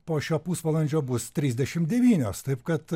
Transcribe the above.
po šio pusvalandžio bus trisdešim devynios taip kad